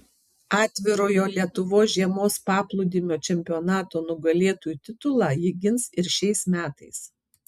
atvirojo lietuvos žiemos paplūdimio čempionato nugalėtojų titulą ji gins ir šiais metais